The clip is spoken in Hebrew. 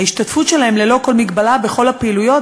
ההשתתפות שלהם ללא כל מגבלה בכל הפעילויות.